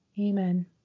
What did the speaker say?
Amen